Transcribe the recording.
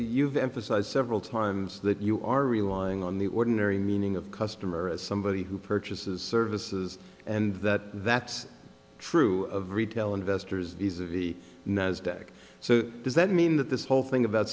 you've emphasized several times that you are relying on the ordinary meaning of customer as somebody who purchases services and that that's true of retail investors ease of the nasdaq so does that mean that this whole thing about